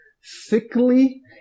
sickly